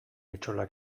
etxola